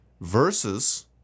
Versus